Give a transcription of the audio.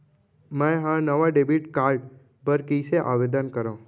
मै हा नवा डेबिट कार्ड बर कईसे आवेदन करव?